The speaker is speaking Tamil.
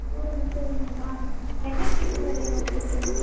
நூறு முட்டை வேணுங்களா என்றைக்கு குள்ள வேணும் உங்களுக்கு